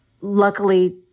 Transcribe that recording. luckily